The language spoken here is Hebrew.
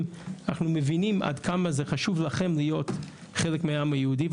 אנחנו מבינים עד כמה זה חשוב לכם להיות חלק מהעם היהודי.